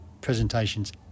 presentations